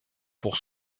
pour